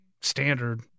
standard